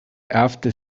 after